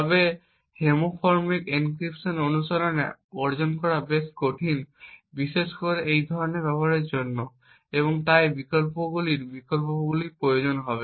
তবে homomorphic encryption অনুশীলনে অর্জন করা বেশ কঠিন বিশেষ করে এই ধরণের ব্যবহারের জন্য এবং তাই আমাদের বিকল্পগুলির প্রয়োজন হবে